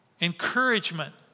Encouragement